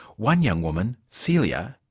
one young woman, celia,